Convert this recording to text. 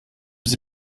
sie